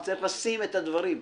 וצריך לשים את הדברים.